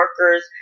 workers